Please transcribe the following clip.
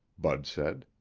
bud said.